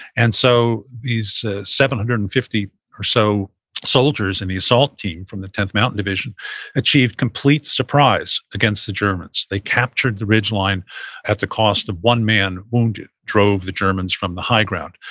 and so these seven hundred and fifty or so soldiers and the assault team from the tenth mountain division achieved complete surprise against the germans. they captured the ridgeline at the cost of one man wounded, drove the germans from the high ground.